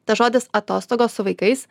tas žodis atostogos su vaikais